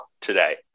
today